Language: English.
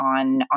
on